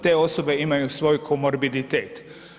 Te osobe imaju svoj komorbiditet.